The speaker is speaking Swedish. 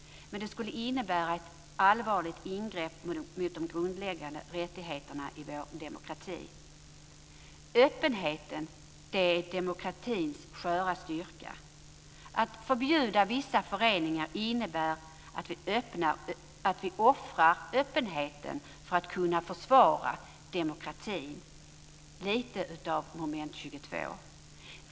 Det skulle däremot innebära ett allvarligt ingrepp mot de grundläggande rättigheterna i vår demokrati. Öppenheten är demokratins sköra styrka. Att förbjuda vissa föreningar innebär att vi offrar öppenheten för att kunna försvara demokratin - lite av moment 22.